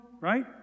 right